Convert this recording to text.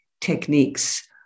techniques